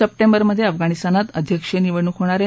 सर्प ं वेरमधे अफगाणिस्तानात अध्यक्षीय निवडणूक होणार आहेत